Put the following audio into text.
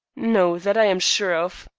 no that i am sure of.